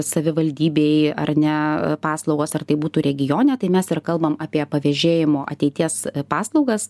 savivaldybėj ar ne paslaugos ar tai būtų regione tai mes ir kalbam apie pavėžėjimo ateities paslaugas